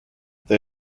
they